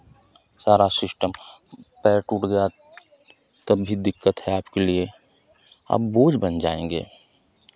सारा सिस्टम पैर टूट गया तब भी दिक्कत है आपके लिए आप बोझ बन जाएंगे